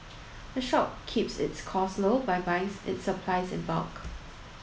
the shop keeps its costs low by buying its supplies in bulk